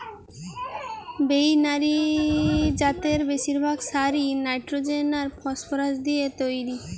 binary জাতের বেশিরভাগ সারই নাইট্রোজেন আর ফসফরাস দিয়ে তইরি